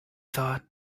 thought